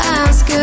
ask